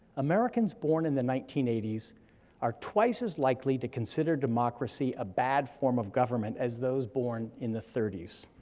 americans born in the nineteen eighty s are twice as likely to consider democracy a bad form of government as those born in the thirty s.